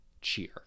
cheer